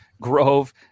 Grove